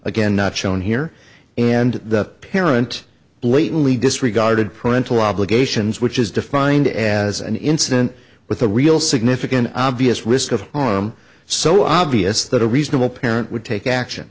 again not shown here and the parent blatantly disregarded print a wobble occasions which is defined as an incident with a real significant obvious risk of harm so obvious that a reasonable parent would take action